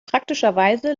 praktischerweise